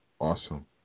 Awesome